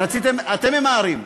אתם ממהרים,